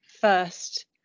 first